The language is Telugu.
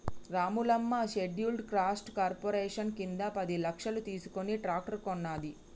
రాములమ్మ షెడ్యూల్డ్ క్యాస్ట్ కార్పొరేషన్ కింద పది లక్షలు తీసుకుని ట్రాక్టర్ కొన్నది